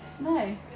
No